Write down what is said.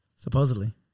Supposedly